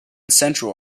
central